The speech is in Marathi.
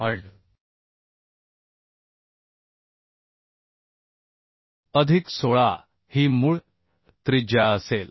8 अधिक 16 ही मूळ त्रिज्या असेल